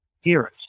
heroes